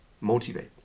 motivate